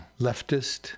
leftist